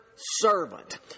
Servant